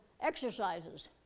exercises